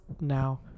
now